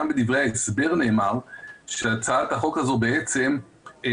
שם בדברי ההסבר נאמר שהצעת החוק הזו נועדה